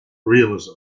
realism